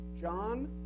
John